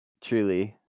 truly